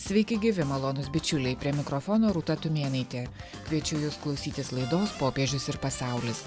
sveiki gyvi malonūs bičiuliai prie mikrofono rūta tumėnaitė kviečiu jus klausytis laidos popiežius ir pasaulis